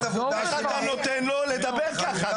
וחלוקת העבודה ביניהם --- איך אתה נותן לו לדבר ככה?